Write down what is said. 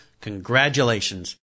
congratulations